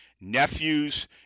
nephews